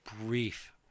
brief